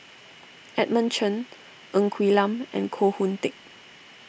Edmund Chen Ng Quee Lam and Koh Hoon Teck